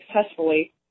successfully